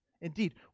Indeed